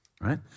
right